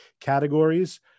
categories